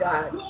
God